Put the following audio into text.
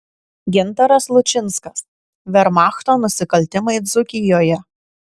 gintaras lučinskas vermachto nusikaltimai dzūkijoje